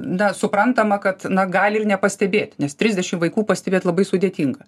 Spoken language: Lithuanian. na suprantama kad na gali ir nepastebėt nes trisdešim vaikų pastebėt labai sudėtinga